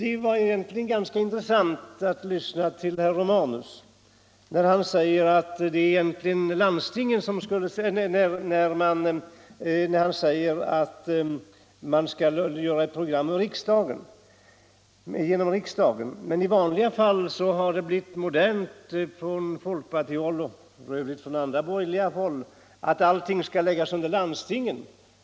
Det var egentligen ganska intressant att lyssna till herr Romanus när han sade att riksdagen bör fastlägga programmet. I andra fall har det blivit modernt på folkpartihåll och även på annat borgerligt håll att allting skall läggas under landstingen.